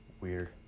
weird